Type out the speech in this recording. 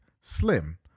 slim